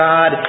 God